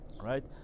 right